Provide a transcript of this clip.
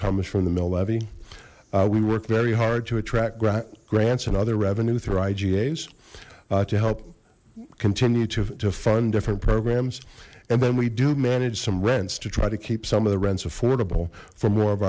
comes from the mill levy we work very hard to attract grants and other revenue through igs to help continue to fund different programs and then we do manage some rents to try to keep some of the rents affordable for more of